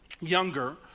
younger